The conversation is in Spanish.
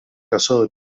casó